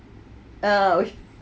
ah